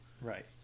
Right